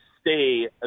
stay